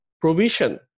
provision